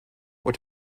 what